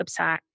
website